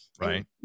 Right